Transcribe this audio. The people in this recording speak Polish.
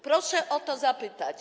Prosimy o to zapytać.